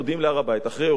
אחרי אירועי אוקטובר 2000,